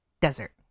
Desert